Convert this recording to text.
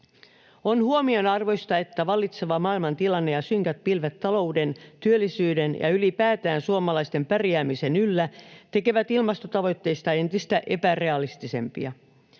On huomionarvoista, että vallitseva maailmantilanne ja synkät pilvet talouden, työllisyyden ja ylipäätään suomalaisten pärjäämisen yllä tekevät ilmastotavoitteista entistä epärealistisempia.